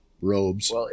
robes